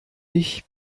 ich